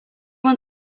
want